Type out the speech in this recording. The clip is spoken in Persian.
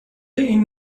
این